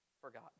forgotten